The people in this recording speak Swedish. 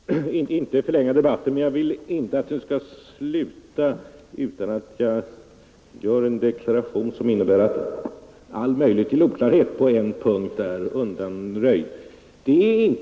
Fru talman! Jag skall inte förlänga debatten, men jag vill inte att den skall sluta utan att jag gör en deklaration som innebär att all möjlighet till oklarhet på en punkt undanröjts.